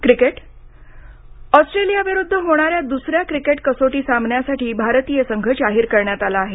cricket संघ ऑस्ट्रेलियाविरुद्ध होणाऱ्या द्सऱ्या क्रिकेट कसोटी सामन्यासाठी भारतीय संघ जाहीर करण्यात आला आहे